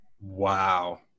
Wow